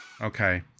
Okay